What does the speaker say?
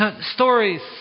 stories